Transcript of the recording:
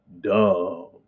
dumb